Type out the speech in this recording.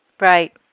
Right